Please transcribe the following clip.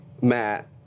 Matt